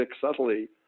subtly